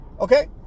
okay